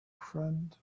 friend